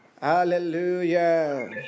Hallelujah